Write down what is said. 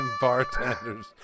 Bartenders